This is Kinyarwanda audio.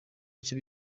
icyo